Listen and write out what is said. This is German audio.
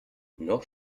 noch